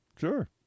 sure